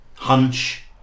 Hunch